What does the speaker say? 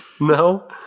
No